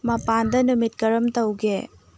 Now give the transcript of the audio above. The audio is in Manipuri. ꯃꯄꯥꯟꯗ ꯅꯨꯃꯤꯠ ꯀꯔꯝ ꯇꯧꯒꯦ